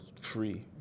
free